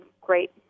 great